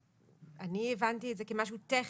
אני הבנתי את זה כמשהו טכני.